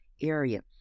area